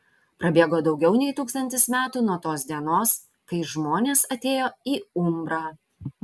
prabėgo daugiau nei tūkstantis metų nuo tos dienos kai žmonės atėjo į umbrą